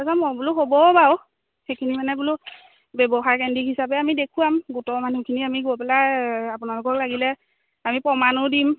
তাৰপাছত মই বোলো হ'ব বাৰু সেইখিনি মানে বোলো ব্যৱসায়কেন্দ্ৰিক হিচাপে আমি দেখুওৱাম গোটৰ মানুহখিনি আমি গৈ পেলাই আপোনালোকক লাগিলে আমি প্ৰমাণো দিম